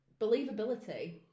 Believability